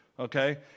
okay